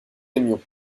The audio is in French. aimions